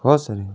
होस् अनि